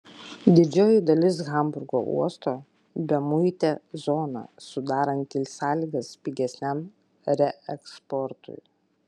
didžioji dalis hamburgo uosto bemuitė zona sudaranti sąlygas pigesniam reeksportui